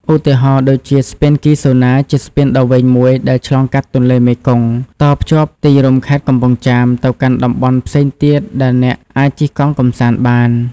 ឧទាហរណ៍ដូចជា ស្ពានគីហ្សូណា ជាស្ពានដ៏វែងមួយដែលឆ្លងកាត់ទន្លេមេគង្គ តភ្ជាប់ទីរួមខេត្តកំពង់ចាមទៅកាន់តំបន់ផ្សេងទៀតដែលអ្នកអាចជិះកង់កម្សាន្តបាន។